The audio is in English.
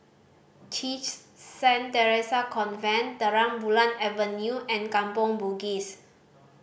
CHIJ Saint Theresa's Convent Terang Bulan Avenue and Kampong Bugis